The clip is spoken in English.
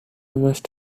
must